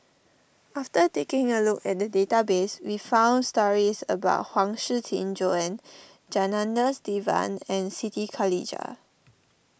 after taking a look at the database we found stories about Huang Shiqi Joan Janadas Devan and Siti Khalijah